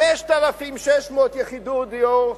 5,600 יחידות דיור,